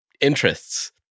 interests